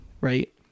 Right